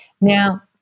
Now